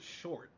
short